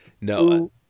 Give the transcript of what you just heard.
no